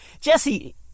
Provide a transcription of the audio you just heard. Jesse